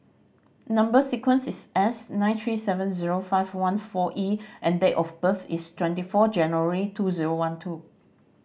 number sequence is S nine three seven zero five one four E and date of birth is twenty four January two zero one two